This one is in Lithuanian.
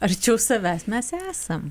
arčiau savęs mes esam